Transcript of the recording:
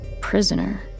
prisoner